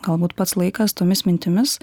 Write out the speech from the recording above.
galbūt pats laikas tomis mintimis